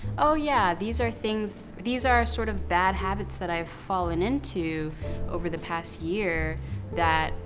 oh yeah, these are things. these are sort of bad habits that i've fallen into over the past year that